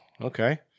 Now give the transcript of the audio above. okay